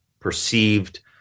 perceived